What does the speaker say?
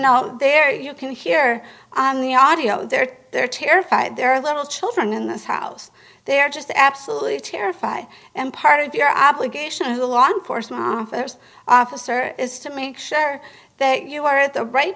know there you can hear the audio there they're terrified they're a little children in this house they're just absolutely terrified and part of your obligation to the law enforcement officers officer is to make sure that you are at the right